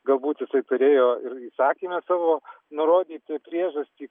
galbūt jisai turėjo ir įsakyme savo nurodyti priežastį